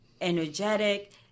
energetic